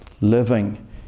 living